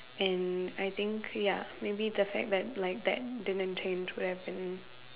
and I think ya maybe the fact that like that didn't change would have been